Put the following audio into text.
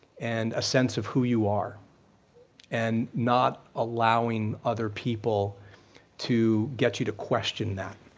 and a sense of who you are and not allowing other people to get you to question that